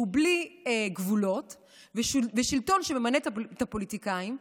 בלי גבולות ושלטון שממנה את הפוליטיקאים,